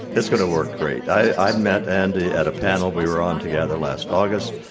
it's going to work great. i met andy at a panel we were on together last august,